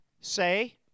say